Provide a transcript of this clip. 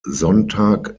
sonntag